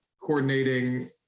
coordinating